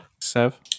Sev